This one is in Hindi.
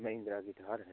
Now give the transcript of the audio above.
महिंद्रा की थार है